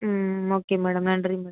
ம் okay madam நன்றி madam